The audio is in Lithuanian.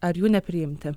ar jų nepriimti